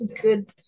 good